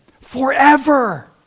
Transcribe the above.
forever